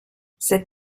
cette